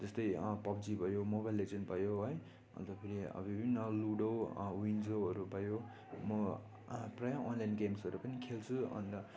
जस्तै पब्जी भयो mobile agent भयो है अन्त फेरि विभिन्न लुडो विन्जोहरू भयो म प्रायः अनलाइन गेम्सहरू पनि खेल्छु अन्त